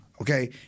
okay